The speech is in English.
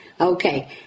Okay